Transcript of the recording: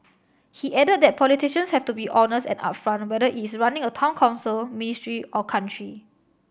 he added that politicians have to be honest and upfront whether is running a Town Council ministry or country